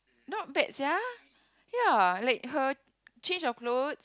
not bad sia ya like her change of clothes